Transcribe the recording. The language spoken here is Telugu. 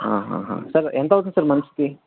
ఆహాహా సార్ ఎంత అవుతుంది సార్ మనిషికి